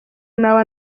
naba